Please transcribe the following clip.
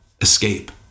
Escape